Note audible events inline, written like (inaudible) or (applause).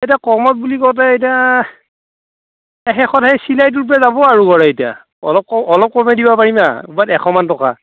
এতিয়া কমত বুলি কওঁতে ইতা এ শেষত সেই চিলাইটোৰ পে যাব আৰু (unintelligible) এতিয়া অলপ কম অলপ কমাই দিব পাৰিম আৰু বাট্ এশ মান টকা